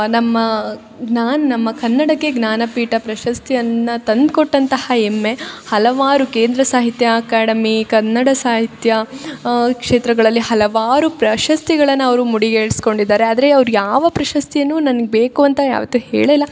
ನಮ್ಮ ಜ್ಞಾ ನಮ್ಮ ಕನ್ನಡಕ್ಕೆ ಜ್ಞಾನಪೀಠ ಪ್ರಶಸ್ತಿಯನ್ನು ತಂದ್ಕೊಟ್ಟಂತಹ ಹೆಮ್ಮೆ ಹಲವಾರು ಕೇಂದ್ರ ಸಾಹಿತ್ಯ ಅಕಾಡೆಮಿ ಕನ್ನಡ ಸಾಹಿತ್ಯ ಕ್ಷೇತ್ರಗಳಲ್ಲಿ ಹಲವಾರು ಪ್ರಶಸ್ತಿಗಳನ್ನು ಅವರು ಮುಡಿಗೇರಿಸ್ಕೊಂಡಿದ್ದಾರೆ ಆದರೆ ಅವ್ರು ಯಾವ ಪ್ರಶಸ್ತಿಯನ್ನು ನನ್ಗೆ ಬೇಕು ಅಂತ ಯಾವತ್ತೂ ಹೇಳೇ ಇಲ್ಲ